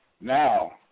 Now